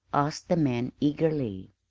asked the man eagerly.